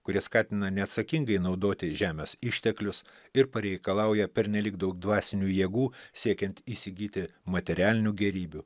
kuris skatina neatsakingai naudoti žemės išteklius ir pareikalauja pernelyg daug dvasinių jėgų siekiant įsigyti materialinių gėrybių